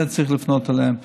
צריך לפנות אליהם.